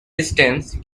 distance